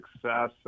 success